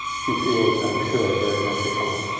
she feels, i'm sure, very much at home.